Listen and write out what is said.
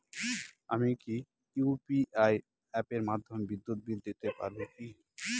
আমি কি ইউ.পি.আই অ্যাপের মাধ্যমে বিদ্যুৎ বিল দিতে পারবো কি?